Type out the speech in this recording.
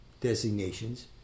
designations